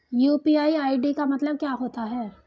UPI ID का मतलब क्या होता है?